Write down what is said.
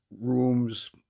rooms